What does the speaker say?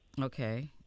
Okay